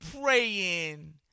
praying